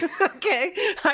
Okay